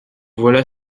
voilà